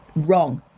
wrong.